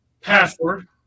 Password